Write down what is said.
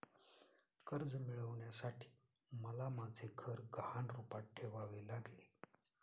कर्ज मिळवण्यासाठी मला माझे घर गहाण रूपात ठेवावे लागले